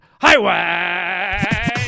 Highway